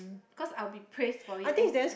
cause I will be praised for it and